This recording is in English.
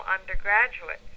undergraduates